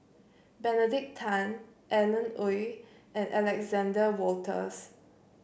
Benedict Tan Alan Oei and Alexander Wolters